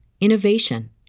innovation